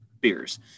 beers